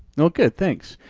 well good, thanks.